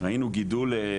ראינו גידול.